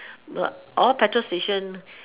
all petrol station